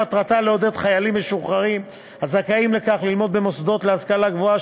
מטרתה לעודד חיילים משוחררים הזכאים לכך ללמוד במוסדות להשכלה גבוהה